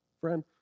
Friend